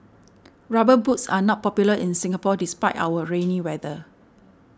rubber boots are not popular in Singapore despite our rainy weather